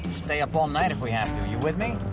stay up all night if we have to, you with me?